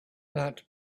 that